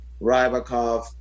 Rybakov